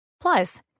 Plus